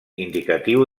indicatiu